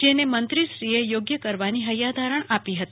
જેને મંત્રીશ્રીએ યોગ્ય કરવાની હૈયાધારણાં આપી હતી